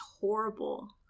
horrible